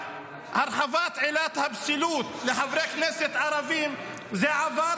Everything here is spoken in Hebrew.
הרחבת עילת הפסילות לחברי כנסת ערבים -- לא ערבים,